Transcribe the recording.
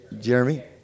Jeremy